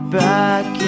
back